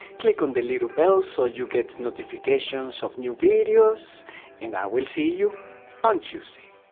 click on the little bell so you get notifications of new videos and i will see you on tuesday